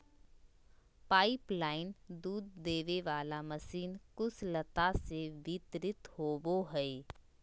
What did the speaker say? pipeline दूध देबे वाला मशीन कुशलता से वितरित होबो हइ